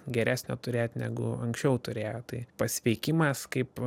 geresnio turėt negu anksčiau turėjo tai pasveikimas kaip